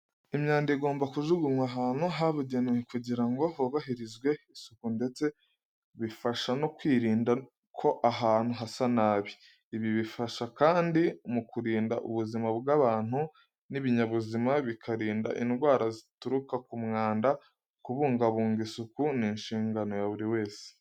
Imyanda igomba kujugunywa ahantu habugenewe kugira ngo hubahirizwe isuku ndetse bifasha no kwirinda ko ahantu hasa nabi. Ibi bifasha kandi mu kurinda ubuzima bw'abantu n'ibinyabuzima, bikarinda indwara zituruka ku mwanda. Kubungabunga isuku ni inshingano ya buri wese.